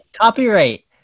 copyright